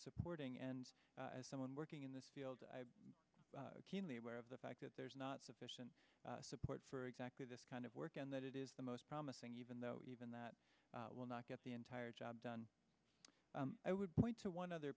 supporting and as someone working in this field keenly aware of the fact that there's not sufficient support for exactly this kind of work and that it is the most promising even though even that will not get the entire job done i would point to one other